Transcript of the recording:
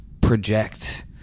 project